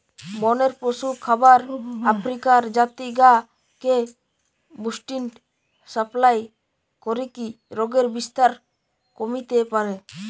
বনের পশুর খামার আফ্রিকার জাতি গা কে বুশ্মিট সাপ্লাই করিকি রোগের বিস্তার কমিতে পারে